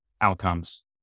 outcomes